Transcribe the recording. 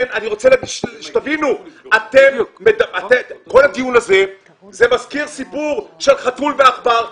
אני רוצה שתבינו שכל הדיון הזה מזכיר סיפור של חתול ועכבר.